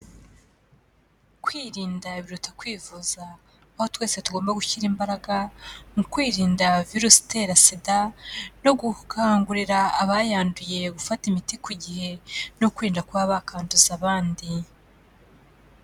Kwirinda biruta kwivuza, aho twese tugomba gushyira imbaraga mu kwirinda virusi itera SIDA no gukangurira abayanduye gufata imiti ku gihe no kwirinda kuba bakanduza abandi.